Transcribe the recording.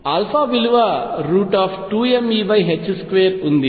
విలువ 2mE2 ఉంది